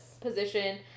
position